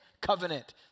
covenant